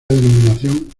denominación